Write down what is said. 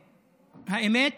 האמת,